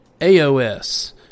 AOS